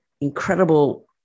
incredible